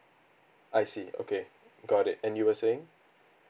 I see okay got it and you were saying